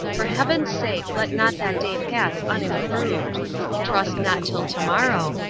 for heaven's sake let not that day pass unimproved trust not till tomorrow,